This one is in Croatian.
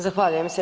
Zahvaljujem se.